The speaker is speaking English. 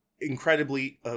incredibly